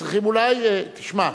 תשמע,